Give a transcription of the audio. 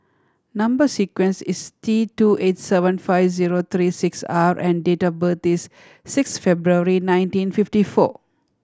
number sequence is T two eight seven five zero three six R and date of birth is six February nineteen fifty four